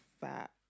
fat